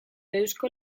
eusko